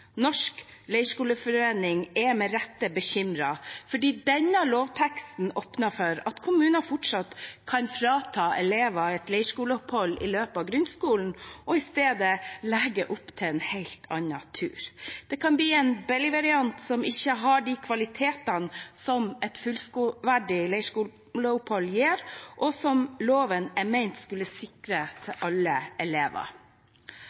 Norsk Leirskoleforening er med rette bekymret, fordi denne lovteksten åpner for at kommunene fortsatt kan frata elever et leirskoleopphold i løpet av grunnskolen og i stedet legge opp til en helt annen tur. Det kan bli en billigvariant som ikke har de kvalitetene som et fullverdig leirskoleopphold gir, og som loven er ment å skulle sikre